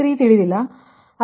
6 ಎಂದು ಭಾವಿಸೋಣ